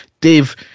Dave